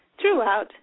throughout